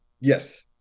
yes